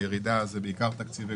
הירידה הזאת היא בעיקר בגלל תקציבי